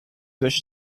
durch